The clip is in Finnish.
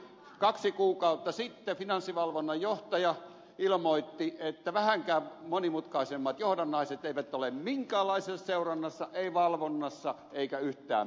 kaksi kuukautta sitten finanssivalvonnan johtaja ilmoitti että vähänkään monimutkaisemmat johdannaiset eivät ole minkäänlaisessa seurannassa ei valvonnassa eikä yhtään missään